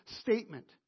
statement